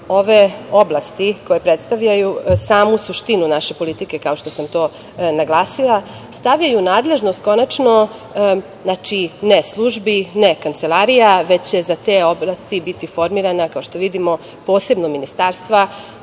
ove oblasti koje predstavljaju samu suštinu naše politike kao što sam to naglasila, stavljaju u nadležnost konačno, znači, ne službi, ne kancelarija, već će za te oblasti biti formirana, kao što vidimo, posebna ministarstva